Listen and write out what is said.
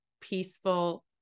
peaceful